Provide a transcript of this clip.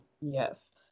Yes